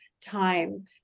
time